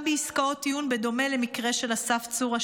גם בעסקאות טיעון בדומה למקרה של אסף צור,